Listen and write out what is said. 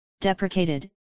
deprecated